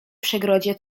przegrodzie